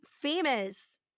famous